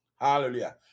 Hallelujah